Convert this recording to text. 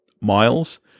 Miles